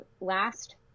last